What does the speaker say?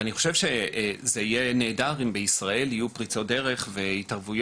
אני חושב שזה יהיה נהדר אם בישראל יהיו פריצות דרך והתערבויות